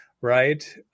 right